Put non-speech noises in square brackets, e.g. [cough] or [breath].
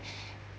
[breath]